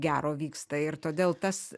gero vyksta ir todėl tas